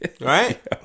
Right